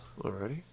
Alrighty